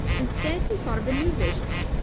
instead, he thought of a new vision.